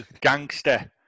gangster